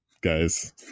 guys